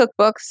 cookbooks